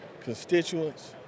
constituents